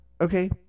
Okay